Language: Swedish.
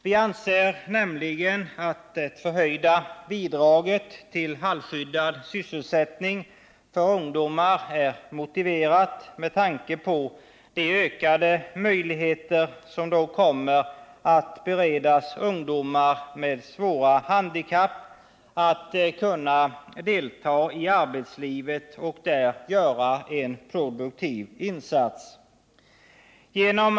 Vi anser nämligen att det förhöjda bidraget till halvskyddad sysselsättning för ungdomar är motiverat med tanke på de ökade möjligheter som då kommer att beredas ungdomar med svåra handikapp att delta i arbetslivet och där göra en produktiv insats.